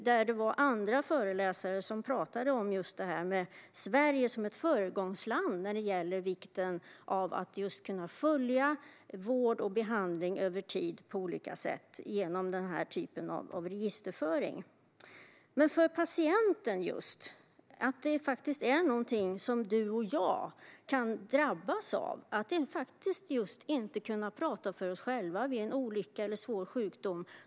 Där talade andra föreläsare om Sverige som ett föregångsland när det gäller vikten av att kunna följa vård och behandling över tid på olika sätt, genom denna typ av registerföring. Detta är något som du och jag kan drabbas av som patienter: att inte kunna tala för sig själv vid en olycka eller svår sjukdom.